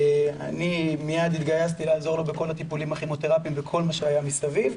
אני מיד התגייסתי לעזור לו בכל הטיפולים הכימותרפיים וכל מה שהיה מסביב,